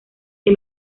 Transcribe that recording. que